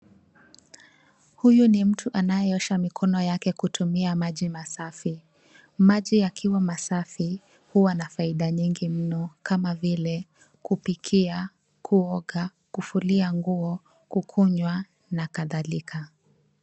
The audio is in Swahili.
Huyu ni mtu anayeosha mikono yake kwa kutumia maji masafi. Maji yakiwa masafi huwa na faida nyingi mno kama vile kupikia, kuoga, kufulia nguo, kukunywa na kadhalika.